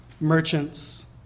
merchants